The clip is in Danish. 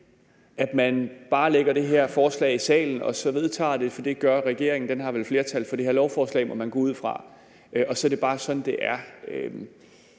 at man bare lægger det her forslag i salen og så vedtager det, for det gør regeringen – den har vel flertal for det her lovforslag, må man gå ud fra – og så er det bare sådan, det er.